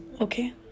Okay